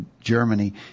Germany